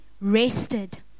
rested